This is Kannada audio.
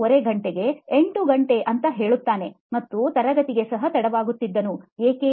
30 ಗಂಟೆಗೆ 8 ಗಂಟೆಗೆ ಅಂತ ಹೇಳುತ್ತಾನೆ ಮತ್ತು ತರಗತಿಗೆ ಸಹ ತಡವಾಗುತ್ತಿದ್ದನು ಏಕೆ